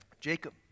Jacob